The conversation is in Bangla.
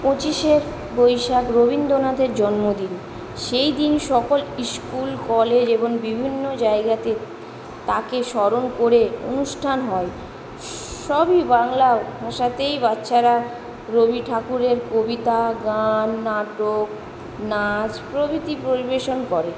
পঁচিশে বৈশাখ রবীন্দ্রনাথের জন্মদিন সেই দিন সকল স্কুল কলেজ এবং বিভিন্ন জায়গাতে তাঁকে স্মরণ করে অনুষ্ঠান হয় সবই বাংলা ভাষাতেই বাচ্চারা রবি ঠাকুরের কবিতা গান নাটক নাচ প্রভৃতি পরিবেশন করে